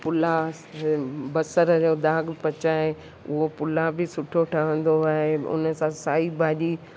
पुलाउ बसर जो दाॻ पचाए उहो पुलाउ बि सुठो ठहिंदो आहे ऐं उन सां साई भाॼी